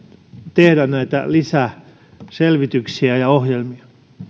tehdä näitä lisäselvityksiä ja ohjelmia